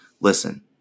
Listen